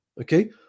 Okay